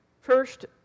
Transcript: First